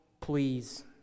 please